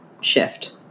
shift